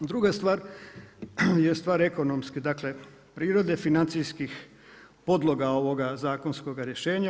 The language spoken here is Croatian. Druga stvar je stvar ekonomske prirode, financijskih podloga ovog zakonskog rješenja.